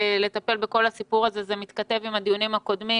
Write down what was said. לטפל בכל הסיפור הזה זה מתכתב עם הדיונים הקודמים